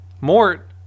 Mort